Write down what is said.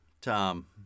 Tom